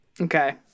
Okay